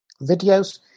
videos